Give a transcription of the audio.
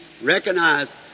recognized